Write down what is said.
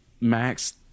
Max